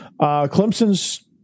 clemson's